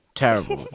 terrible